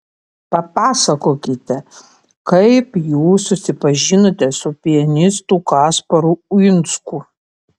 papasakokite kaip jūs susipažinote su pianistu kasparu uinsku